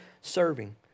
serving